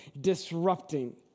disrupting